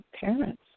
parents